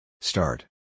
Start